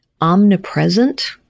omnipresent